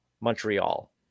Montreal